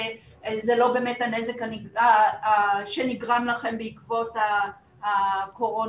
זה לא באמת הנזק שנגרם לכם בעקבות הקורונה.